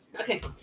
Okay